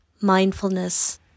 Mindfulness